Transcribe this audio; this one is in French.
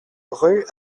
rue